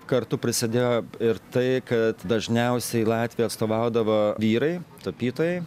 kartu prisidėjo ir tai kad dažniausiai latviją atstovaudavo vyrai tapytojai